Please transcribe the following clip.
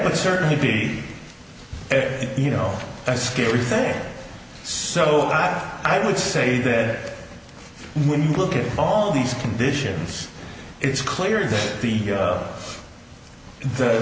would certainly be you know a scary thing so i would say that when you look at all these conditions it's clear that the of the